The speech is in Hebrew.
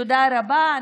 תודה רבה.